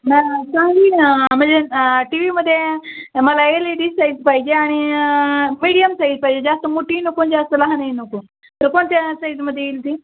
हां चांगली ना म्हणजे टी व्हीमध्ये मला एलेडी साईज पाहिजे आणि मीडियम साईज पाहिजे जास्त मोठीही नको न जास्त लहानही नको तर कोणत्या साईजमध्ये येतील